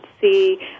see